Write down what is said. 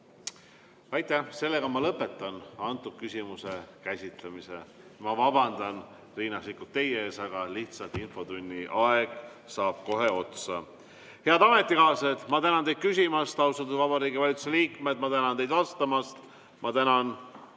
Aitäh! Lõpetan selle küsimuse käsitlemise. Ma vabandan, Riina Sikkut, teie ees, aga lihtsalt infotunni aeg saab kohe otsa. Head ametikaaslased, ma tänan teid küsimast, austatud Vabariigi Valitsuse liikmed, ma tänan teid vastamast, ja ma tänan